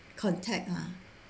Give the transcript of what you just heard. contact ha